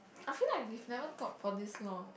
I feel like we never talk for this long